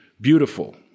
beautiful